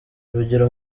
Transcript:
urugero